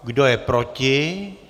Kdo je proti?